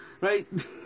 right